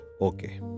okay